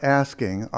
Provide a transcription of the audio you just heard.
asking